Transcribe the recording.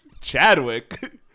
Chadwick